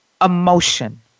emotion